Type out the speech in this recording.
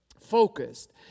Focused